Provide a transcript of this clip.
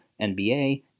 NBA